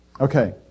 Okay